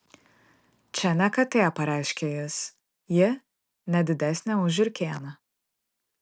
čia ne katė pareiškė jis ji ne didesnė už žiurkėną